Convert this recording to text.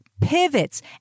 pivots